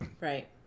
Right